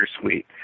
Suite